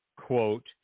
quote